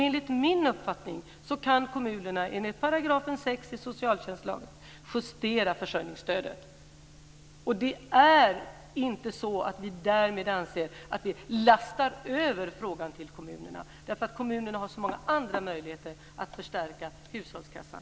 Enligt min uppfattning kan kommunerna enligt § 6 i socialtjänstlagen justera försörjningsstödet. Det är inte så att vi därmed anser att vi lastar över frågan till kommunerna. Kommunerna har så många andra möjligheter att förstärka hushållskassan.